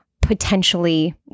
potentially